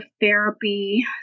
therapy